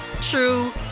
true